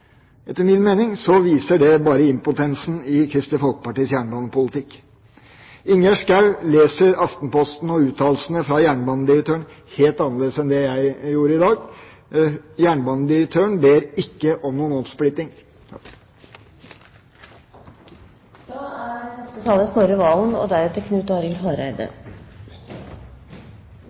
Etter min mening viser det bare impotensen i Kristelig Folkepartis jernbanepolitikk. Ingjerd Schou leser Aftenposten og uttalelsene fra jernbanedirektøren helt annerledes enn det jeg gjorde i dag. Jernbanedirektøren ber ikke om noen